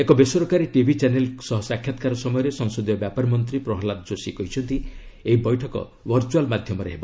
ଏକ ବେସରକାରୀ TV channel ସହ ସାକ୍ଷାତ୍କାର ସମୟରେ ସଂସଦୀୟ ବ୍ୟାପାର ମନ୍ତ୍ରୀ ପ୍ରହଲ୍ଲାଦ ଯୋଶୀ କହିଛନ୍ତି ଏହି ବୈଠକ ଭର୍ଚୁଆଲ୍ ମାଧ୍ୟମରେ ହେବ